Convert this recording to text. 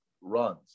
runs